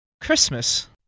Christmas